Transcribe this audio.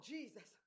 Jesus